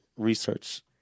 research